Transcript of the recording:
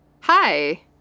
Hi